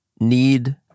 need